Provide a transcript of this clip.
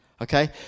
okay